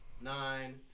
nine